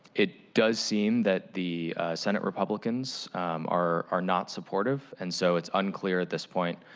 it does seem that the senate republicans are are not supportive, and so it's unclear, at this point,